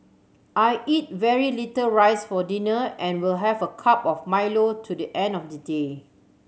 I eat very little rice for dinner and will have a cup of Milo to the end of the day